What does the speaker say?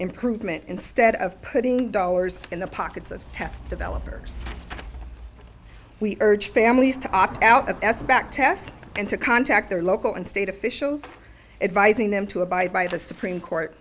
improvement instead of putting dollars in the pockets of test developers we urge families to opt out of s back tests and to contact their local and state officials advising them to abide by the supreme court